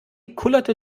kullerte